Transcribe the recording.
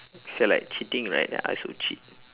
felt like cheating right then I also cheat